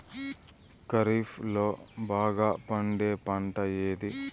ఖరీఫ్ లో బాగా పండే పంట ఏది?